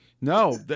No